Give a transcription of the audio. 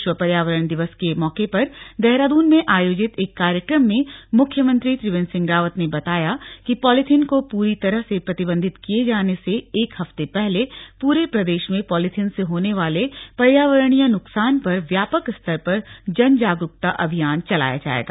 विश्व पर्यावरण दिवस के मौके पर देहरादून में आयोजित एक कार्यक्रम में मुख्यमंत्री त्रिवेन्द्र सिंह रावत ने बताया कि पॉलीथीन को पूरी तरह से प्रतिबंधित किए जाने से एक हफ्ते पहले पूरे प्रदेश में पॉलीथीन से होने वाले पर्यावरणीय नुकसान पर व्यापक स्तर पर जन जागरूकता अभियान चलाया जायेगा